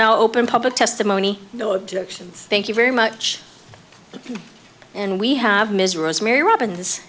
no open public testimony no objections thank you very much and we have ms rosemary robbins